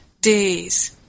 days